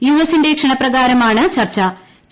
U എസിന്റെ ക്ഷണപ്രകാരമാണ് ചർച്ചു